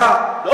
לא.